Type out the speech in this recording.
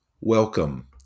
welcome